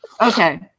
Okay